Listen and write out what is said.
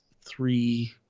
three